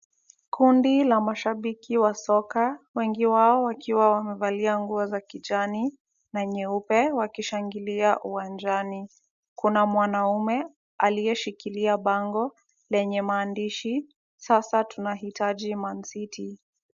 Kundi la mashabiki wa soka, wengi wao wakiwa wamevalia nguo za kijani na nyeupe, wakishangilia uwanjani. Kuna mwanamume aliyeshikilia bango lenye maandishi, sasa tunahitaji Man city.